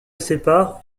séparent